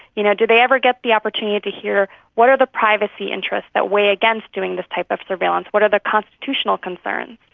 you know, do they ever get the opportunity hear what are the privacy interests that weigh against doing this type of surveillance, what are the constitutional concerns?